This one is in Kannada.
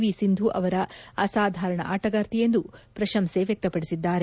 ವಿ ಸಿಂಧು ಅಸಾಧಾರಣ ಆಣಗಾರ್ತಿ ಎಂದು ಪ್ರಶಂಸೆ ವ್ಯಕ್ತಪಡಿಸಿದ್ದಾರೆ